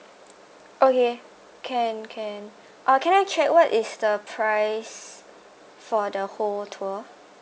okay can can uh can I check what is the price for the whole tour